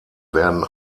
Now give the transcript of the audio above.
werden